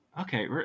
Okay